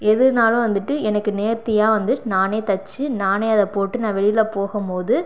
எதுனாலும் வந்துட்டு எனக்கு நேர்த்தியாக வந்து நானே தைச்சி நானே அதை போட்டு நான் வெளியில் போகும் போது